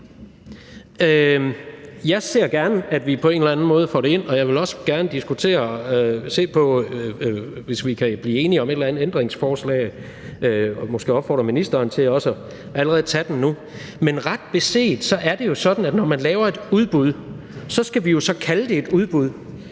Jeg ser gerne, at vi på en eller anden måde får det ind, og jeg vil også gerne se på det, hvis vi kan blive enige om et eller andet ændringsforslag. Jeg vil måske opfordre ministeren til allerede at tage det med nu. Men ret beset er det jo sådan, at når man laver et udbud, skal vi jo kalde det et udbud,